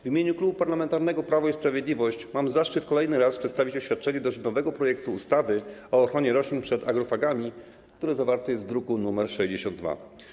W imieniu Klubu Parlamentarnego Prawo i Sprawiedliwość mam zaszczyt kolejny raz przedstawić oświadczenie dotyczące rządowego projektu ustawy o ochronie roślin przed agrofagami, który zawarty jest w druku nr 62.